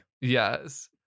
Yes